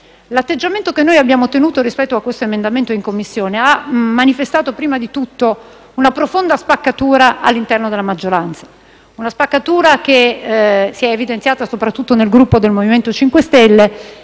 L’atteggiamento che abbiamo tenuto rispetto a questo emendamento in Commissione ha manifestato prima di tutto una profonda spaccatura all’interno della maggioranza, che si è evidenziata soprattutto nel Gruppo del MoVimento 5 Stelle, e